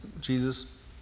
Jesus